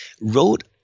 wrote